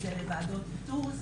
זה לוועדות איתור,